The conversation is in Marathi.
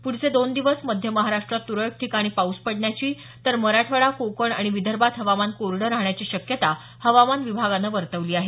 पुढचे दोन दिवस मध्य महाराष्ट्रात तुरळक ठिकाणी पाऊस पडण्याची तर मराठवाडा कोकण आणि विदर्भात हवामान कोरडं राहण्याची शक्यता हवामान विभागानं वर्तवली आहे